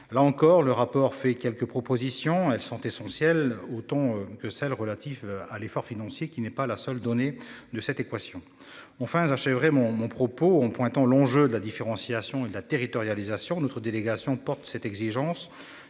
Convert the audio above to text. là encore, le rapport fait quelques propositions, elles sont essentielles. Autant que celles relatives à l'effort financier qui n'est pas la seule donnée de cette équation ont enfin s'achèverait mon mon propos on pointant longe de la différenciation et la territorialisation notre délégation porte cette exigence